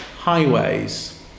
highways